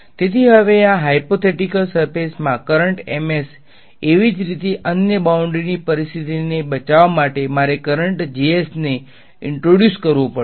તેથી હવે આ હાયપોથેટીકલ સર્ફેસ મા કરંટ M s એવીજ રીતે અન્ય બાઉંડ્રી ની સ્થિતિને બચાવવા માટે મારે કરંટ Js નો ઈંટ્રોડ્યુસ કરવો પડશે